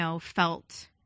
felt